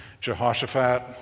Jehoshaphat